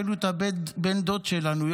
הבאנו את בן הדוד המאומץ